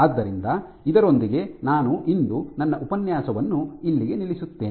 ಆದ್ದರಿಂದ ಇದರೊಂದಿಗೆ ನಾನು ಇಂದು ನನ್ನ ಉಪನ್ಯಾಸವನ್ನು ಇಲ್ಲಿಗೆ ನಿಲ್ಲಿಸುತ್ತೇನೆ